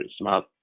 smart